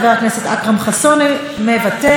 חבר הכנסת אכרם חסון מוותר,